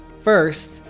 First